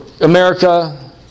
America